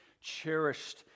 cherished